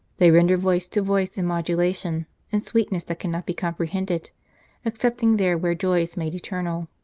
they render voice to voice in modulation and sweetness that cannot be comprehended ex cepting there where joy is made eternal.